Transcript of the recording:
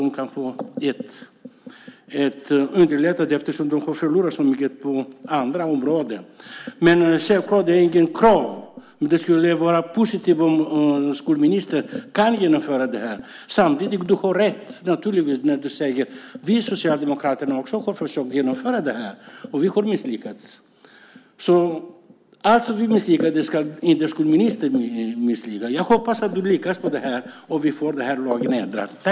Det skulle underlätta för dessa människor som har förlorat så mycket på andra områden. Självklart är det inget krav, men det skulle vara positivt om skolministern kunde genomföra det här. Samtidigt har du naturligtvis rätt: Vi socialdemokrater har också försökt genomföra detta, och vi har misslyckats. Men allt som vi misslyckades med ska väl inte skolministern misslyckas med. Jag hoppas att du lyckas med detta så att vi får den här lagen ändrad.